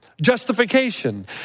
justification